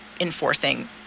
enforcing